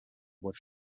what